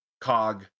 cog